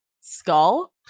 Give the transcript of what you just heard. skull